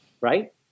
Right